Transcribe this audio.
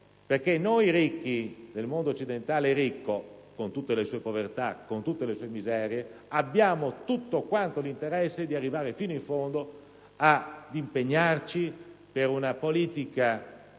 Noi, ricchi del mondo occidentale ricco, con tutte le sue povertà e con tutte le sue miserie, abbiamo tutto l'interesse ad arrivare fino in fondo ad impegnarci per una politica